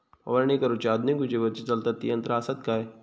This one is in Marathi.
फवारणी करुची आधुनिक विजेवरती चलतत ती यंत्रा आसत काय?